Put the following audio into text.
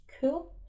Cool